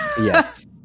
yes